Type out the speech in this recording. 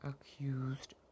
accused